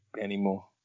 anymore